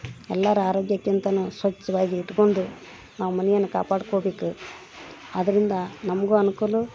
ಎಲ್ಲರ ಆರೋಗ್ಯಕ್ಕಿಂತಾನು ಸ್ವಚ್ಛವಾಗಿ ಇಟ್ಕೊಂಡು ನಾವು ಮನೆಯನ್ ಕಾಪಾಡ್ಕೋಬೇಕು ಅದರಿಂದ ನಮಗೂ ಅನ್ಕೂಲ